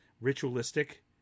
ritualistic